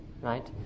right